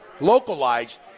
localized